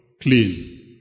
clean